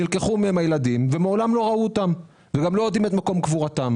נלקחו מהם הילדים ומעולם לא ראו אותם וגם לא יודעים את מקום קבורתם.